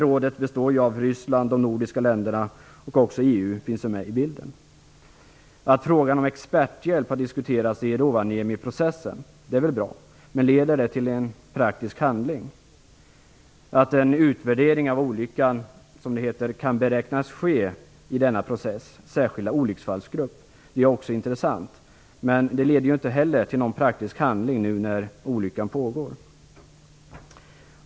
Rådet består av Ryssland och de nordiska länderna. Även EU finns med i bilden. Att frågan om experthjälp har diskuterats i Rovaniemiprocessen är väl bra. Men leder det till praktisk handling? Att en utvärdering av olyckan, som det heter, kan beräknas ske i processens särskilda olycksfallsgrupp är också intressant. Men det leder inte heller till någon praktisk handling nu när olyckan pågår.